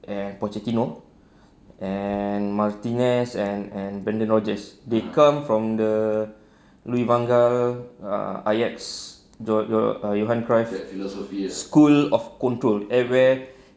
and pochettino and martinez and and brendan rodgers they come from the louis van gaal ah ajax school of control at where